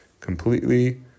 completely